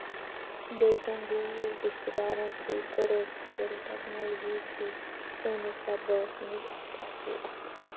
بیٚیہِ کین دوٗر رِشتِدارَن سۭتۍ تہٕ رٲبطہٕ کٔرِتھ ٹیکنولجی چھُ سٲنِس وتھ بَوَس منٛز اکھ اَصٕل اکھ